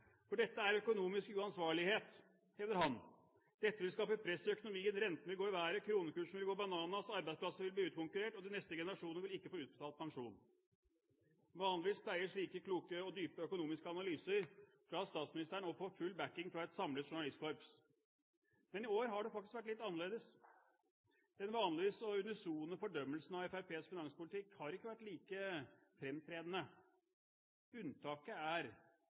for dette er økonomisk uansvarlighet, hevder han. Dette vil skape press i økonomien, renten vil gå i været, kronekursen vil gå «bananas», arbeidsplasser vil bli utkonkurrert, og de neste generasjoner vil ikke få utbetalt pensjon. Vanligvis pleier slike kloke og dype økonomiske analyser fra statsministeren å få full backing fra et samlet journalistkorps. Men i år har det faktisk vært litt annerledes. Den vanligvis så unisone fordømmelsen av Fremskrittspartiets finanspolitikk har ikke vært like fremtredende. Unntaket er,